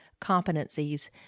competencies